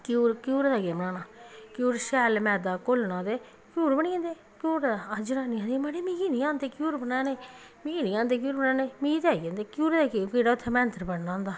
घ्यूर घ्यूरें दा केह् बनाना घ्यूर शैल मैद्दा घोलना ते घ्यूर बनी जंदे घ्यूर दा जनानियां आखदियां मड़ी मिगी निं औंदे घ्यूर बनाने मिगी निं औंदे घ्यूर बनाने मिगी ते आई जंदे घ्यूरें दा केह् केह्ड़ा उत्थै मैंत्तर पढ़ना होंदा